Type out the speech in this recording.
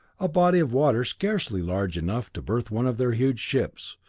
a body of water scarcely large enough to berth one of their huge ships,